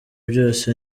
byose